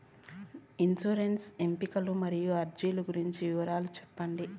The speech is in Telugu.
ఇన్సూరెన్సు ఎంపికలు మరియు అర్జీల గురించి వివరాలు సెప్పండి